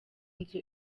nzu